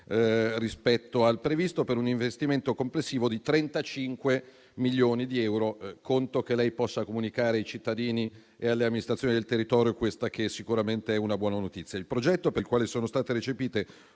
rispetto al previsto, per un investimento complessivo di 35 milioni di euro. Conto che lei possa comunicare ai cittadini e alle amministrazioni del territorio questa, che sicuramente è una buona notizia. Il progetto, per il quale sono state recepite